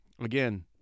Again